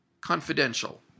Confidential